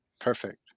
Perfect